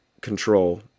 control